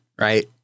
right